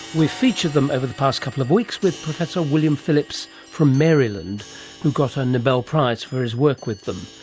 we've featured them over the past couple of weeks with professor william phillips from maryland who got a nobel prize for his work with them.